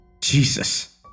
Jesus